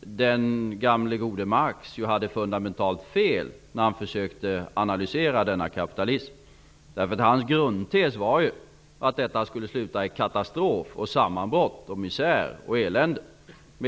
hade den gamle gode Marx fundamentalt fel när han försökte analysera denna kapitalism. Hans grundtes var ju att den skulle sluta i katastrof, sammanbrott, misär och elände.